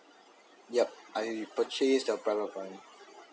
yup I purchased a private apartment